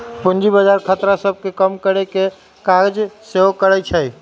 पूजी बजार खतरा सभ के कम करेकेँ काज सेहो करइ छइ